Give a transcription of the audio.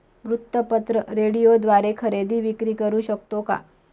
वृत्तपत्र, रेडिओद्वारे खरेदी विक्री करु शकतो का?